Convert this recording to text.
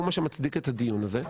הוא מה שמצדיק את הדיון הזה.